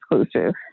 exclusive